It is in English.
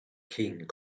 king